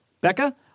Becca